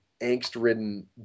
angst-ridden